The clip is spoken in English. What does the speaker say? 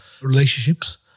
relationships